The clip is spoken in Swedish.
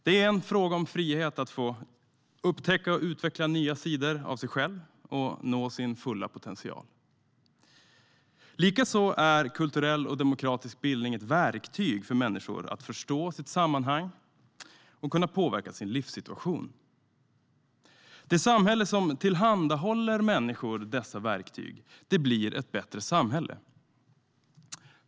Det är en fråga om frihet att få upptäcka och utveckla nya sidor av sig själv och nå sin fulla potential. Likaså är kulturell och demokratisk bildning ett verktyg för människor att förstå sitt sammanhang och kunna påverka sin livssituation. Det samhälle som tillhandahåller dessa verktyg till människor blir ett bättre samhälle.